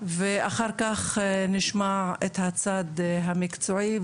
ואחר כך נשמע את הצד המקצועי,